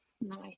Nice